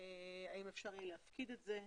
האם אפשר יהיה להפקיד את זה.